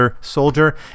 soldier